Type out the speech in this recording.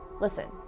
Listen